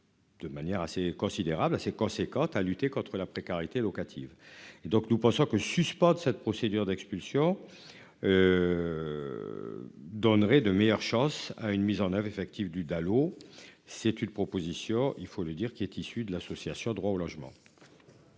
De manière assez considérable, assez conséquente à lutter contre la précarité locative et donc nous pensons que suspende cette procédure d'expulsion. Donnerait de meilleures chances à une mise en oeuvre effective du Dalo. C'est une proposition, il faut le dire, qu'est issu de l'association Droit au logement.